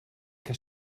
que